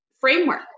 framework